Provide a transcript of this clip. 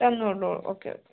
തന്നു കൊണ്ടുപോകാം ഓക്കെ യൊക്കെ